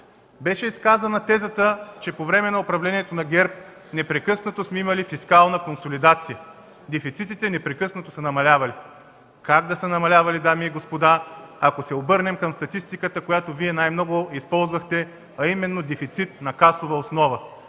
Беше изказана тезата, че по време на управлението на ГЕРБ непрекъснато сме имали фискална консолидация, дефицитите непрекъснато са намалявали. Как да са намалявали, дами и господа, ако се обърнем към статистиката, която Вие най-много използвахте, а именно дефицит на касова основа?